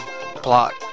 Plot